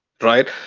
right